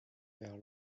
vers